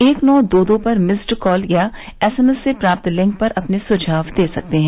एक नौ दो दो पर मिस्ड कॉल या एसएमएस से प्राप्त लिक पर अपने सुझाव दे सकते हैं